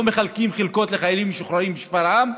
מחלקים חלקות לחיילים משוחררים בשפרעם,